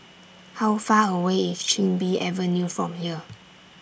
How Far away IS Chin Bee Avenue from here